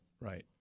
right